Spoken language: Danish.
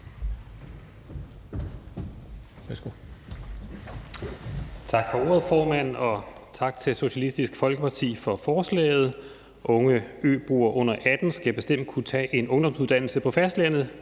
Tak for ordet, formand, og tak til Socialistisk Folkeparti for forslaget. Unge øboere under 18 år skal bestemt kunne tage en ungdomsuddannelse på fastlandet,